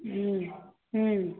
हूँ हूँ